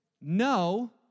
no